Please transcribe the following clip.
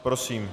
Prosím.